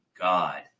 God